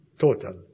total